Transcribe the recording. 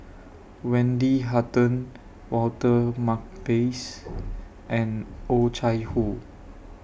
Wendy Hutton Walter Makepeace and Oh Chai Hoo